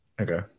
okay